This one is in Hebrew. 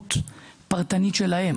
סמכות פרטנית שלהם